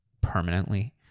permanently